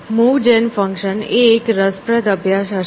move જેન function એ એક રસપ્રદ અભ્યાસ હશે